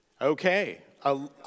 Okay